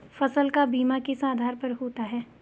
फसल का बीमा किस आधार पर होता है?